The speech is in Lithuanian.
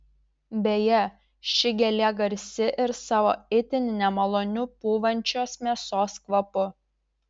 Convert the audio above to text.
beje ši gėlė garsi ir savo itin nemaloniu pūvančios mėsos kvapu